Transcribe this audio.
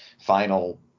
final